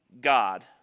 God